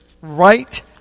right